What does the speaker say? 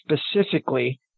specifically